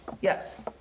Yes